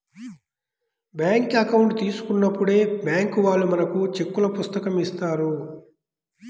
bank account తీసుకున్నప్పుడే bank వాళ్ళు మనకు చెక్కుల పుస్తకం ఇత్తారు